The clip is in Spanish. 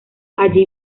allí